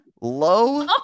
low